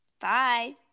Bye